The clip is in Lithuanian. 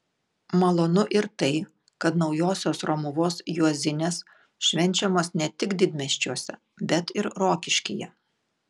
malonu ir tai kad naujosios romuvos juozinės švenčiamos ne tik didmiesčiuose bet ir rokiškyje